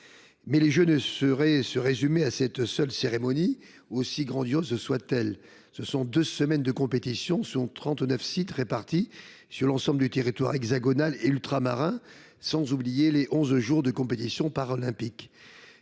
les Jeux ne sauraient se résumer à cette seule cérémonie, aussi grandiose soit elle. Les Jeux, ce sont deux semaines de compétition sur 39 sites répartis sur l’ensemble du territoire hexagonal et ultramarin, sans oublier les onze jours de compétition paralympique.